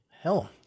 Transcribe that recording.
Hell